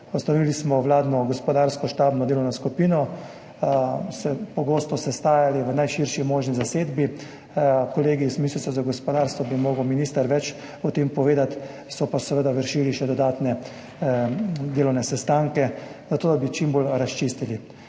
ustanovili smo vladno gospodarsko štabno delovno skupino, se pogosto sestajali v najširši možni zasedbi, kolegi iz Ministrstva za gospodarstvo, bi mogel minister več o tem povedati, so pa seveda vršili še dodatne delovne sestanke zato, da bi čim bolj razčistili.